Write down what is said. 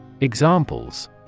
Examples